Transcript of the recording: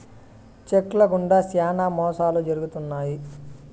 check ల గుండా శ్యానా మోసాలు జరుగుతున్నాయి